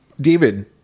David